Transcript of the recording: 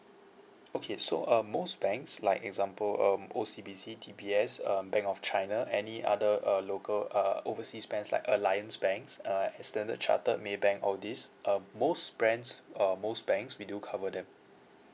okay so um most banks like example um O_C_B_C D_B_S um bank of china any other uh local uh overseas banks like alliance banks uh and standard chartered maybank all these um most brands uh most banks we do cover them